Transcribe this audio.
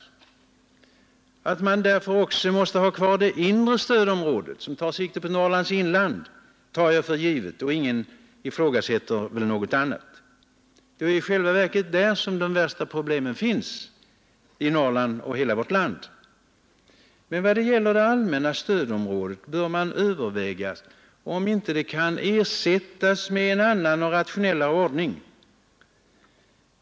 Att man därför också måste ha kvar det inre stödområdet, som tar sikte på Norrlands inland, tar jag för givet. Ingen ifrågasätter något annat. Det är i själva verket där de värsta problemen finns i Norrland och i hela vårt land. Men i vad gäller det allmänna stödområdet bör man överväga om det inte kan ersättas med en annan och rationellare ordning.